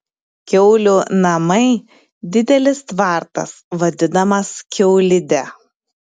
kiaulių namai didelis tvartas vadinamas kiaulide